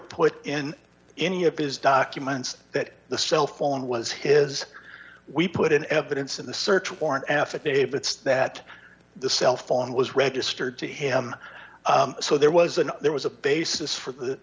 put in any of his documents that the cell phone was his we put in evidence in the search warrant affidavits that the cell phone was registered to him so there was an there was a basis for the